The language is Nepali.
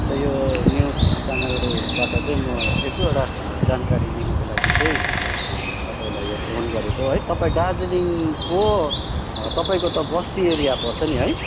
अन्त यो न्युज च्यानलबाट चाहिँ म एक दुईवटा जानकारी लिनुको लागि चाहिँ तपाईँलाई यो फोन गरेको है तपाईँ दार्जिलिङको तपाईँको त बस्ती एरिया पर्छ नि है